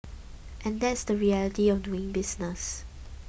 and that's the reality of doing business